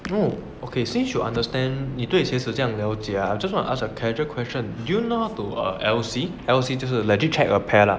you know okay since you understand 你对鞋子这样了解 right I just want to ask a casual question do you know L_C lz 就是 legit check a pair lah